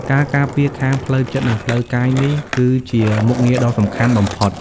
ការការពារខាងផ្លូវចិត្ត និងផ្លូវកាយ នេះគឺជាមុខងារដ៏សំខាន់បំផុត។